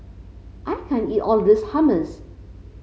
I can't eat all of this Hummus